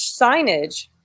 signage